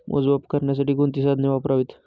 मोजमाप करण्यासाठी कोणती साधने वापरावीत?